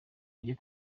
ajye